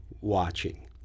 watching